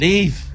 Leave